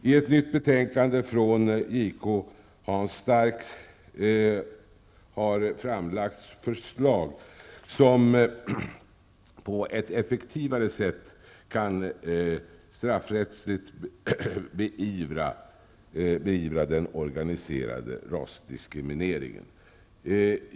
I ett nytt betänkande från JK Hans Stark har framlagts förslag som på ett effektivare sätt kan straffrättsligt beivra den organiserade rasdiskrimineringen.